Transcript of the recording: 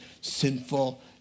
sinful